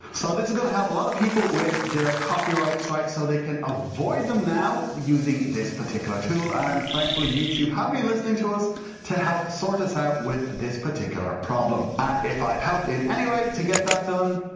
so, this is going to help a lot of people with the copyright strikes, so they can avoid them now, with using this particular tool and thankfully, youtube have been listening to us to help sort us out with this particular problem. and if i've helped in any way to get that done,